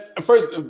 first